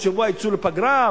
עוד שבוע יצאו לפגרה,